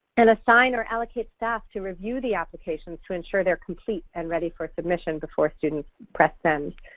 and assign or allocate staff to review the applications to ensure they are complete and ready for submission before students press send.